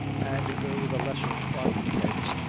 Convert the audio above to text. and though the lesser quadrupeds,